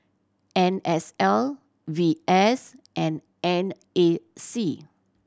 N S L V S and N A C